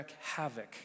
havoc